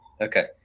Okay